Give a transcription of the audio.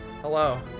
hello